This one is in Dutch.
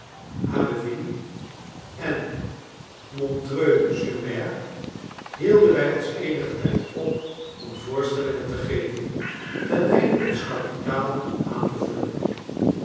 abbeville en montreuil sur mer hielden wij ons eenigen tijd op om voorstellingen te geven teneinde ons kapitaal aan te vullen